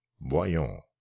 Voyons